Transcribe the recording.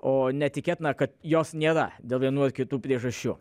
o ne tikėtina kad jos nėra dėl vienų ar kitų priežasčių